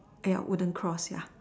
!aiya! wooden cross ya